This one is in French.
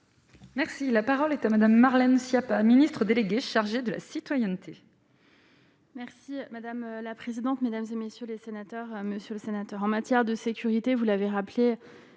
Merci, la parole est à Madame, Marlène Schiappa, ministre déléguée chargée de la citoyenneté. Merci madame la présidente, mesdames et messieurs les sénateurs, Monsieur le Sénateur, en matière de sécurité, vous l'avez rappelé